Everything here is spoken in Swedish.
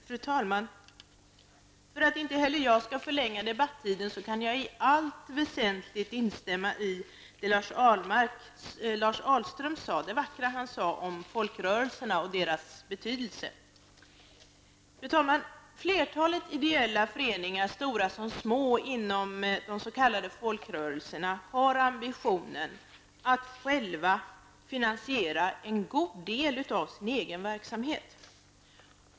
Fru talman! För att inte heller jag skall förlänga debattiden kan jag i allt väsentligt instämma i det vackra Lars Ahlström sade om folkrörelserna och deras betydelse. Fru talman! Flertalet ideella föreningar -- stora som små -- inom de s.k. folkrörelserna har ambitionen att själva kunna finansiera sin egen verksamhet.